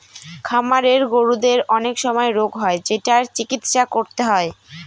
খামারের গরুদের অনেক সময় রোগ হয় যেটার চিকিৎসা করতে হয়